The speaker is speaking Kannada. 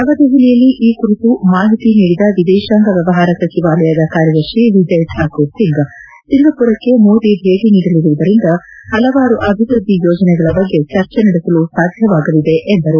ನವದೆಹಲಿಯಲ್ಲಿ ಈ ಕುರಿತು ಮಾಹಿತ ನೀಡಿದ ವಿದೇಶಾಂಗ ವ್ಯವಹಾರ ಸಚಿವಾಲಯದ ಕಾರ್ಯದರ್ಶಿ ವಿಜಯ್ ಠಾಕೂರ್ ಸಿಂಗ್ ಸಿಂಗಾಪುರಕ್ಕೆ ಮೋದಿ ಭೇಟಿ ನೀಡಲಿರುವದಿಂದ ಹಲವಾರು ಅಭಿವೃದ್ದಿ ಯೋಜನೆಗಳ ಬಗ್ಗೆ ಚರ್ಚೆ ನಡೆಸಲು ಸಾಧ್ಯವಾಗಲಿದೆ ಎಂದರು